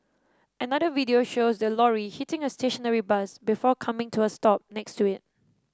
another video shows the lorry hitting a stationary bus before coming to a stop next to it